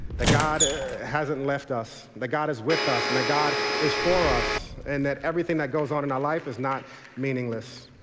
that god hasn't left us. that god is with us and that god is for us. and that everything that goes on in our life is not meaningless.